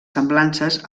semblances